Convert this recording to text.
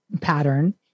pattern